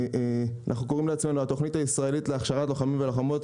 אנחנו קוראים לעצמנו 'התכנית הישראלית להכשרת לוחמים ולוחמות'